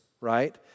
right